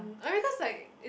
mm I mean cause like it